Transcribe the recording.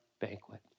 banquet